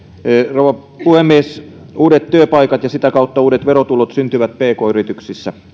rouva puhemies uudet työpaikat ja sitä kautta uudet verotulot syntyvät pk yrityksissä